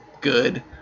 good